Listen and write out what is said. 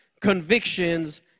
convictions